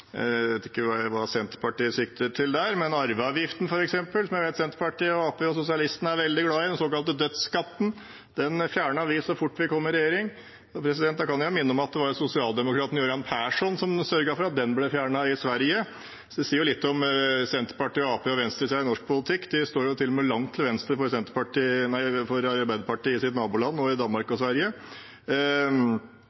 hva Senterpartiet sikter til. Arveavgiften, f.eks., som Senterpartiet, Arbeiderpartiet og sosialistene er veldig glad i, den såkalte dødsskatten, fjernet vi så fort vi kom i regjering. Jeg vil minne om at det var sosialdemokraten Göran Persson som sørget for at den ble fjernet i Sverige. Det sier jo litt om Senterpartiet, Arbeiderpartiet og venstresiden i norsk politikk. De står jo til og med langt til venstre for Arbeiderpartiet i sine naboland Danmark og